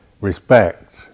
respect